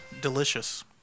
delicious